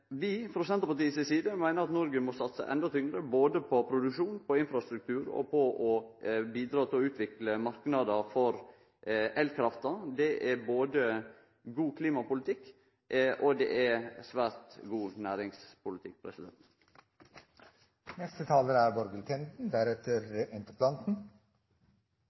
Vi frå Senterpartiet si side meiner at Noreg må satse enda tyngre på både produksjon og infrastruktur og på å bidra til å utvikle marknader for elkrafta. Det er både god klimapolitikk og svært god næringspolitikk. Jeg vil begynne med å takke interpellanten